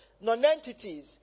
non-entities